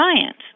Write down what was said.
science